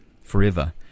forever